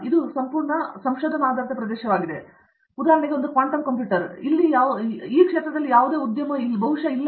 ಅಥವಾ ಉದಾಹರಣೆಗೆ ಒಂದು ಕ್ವಾಂಟಮ್ ಕಂಪ್ಯೂಟರ್ ಒಂದು ಉದ್ಯಮವು ಎಲ್ಲಿದೆ ಎಂಬುದು ಬಹುಶಃ ಅಲ್ಲ